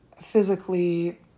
physically